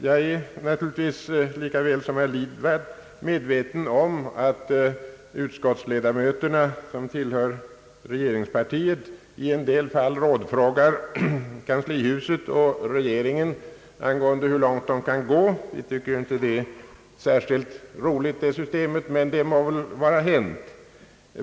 Jag är naturligtvis lika väl som herr Lidgard medveten om att utskottsledamöter som tillhör regeringspartiet i en del fall rådfrågar kanslihuset och regeringen om hur långt de kan gå. Vi tycker inte att detta system är särskilt roligt, men det må vara hänt.